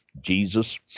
Jesus